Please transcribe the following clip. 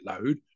load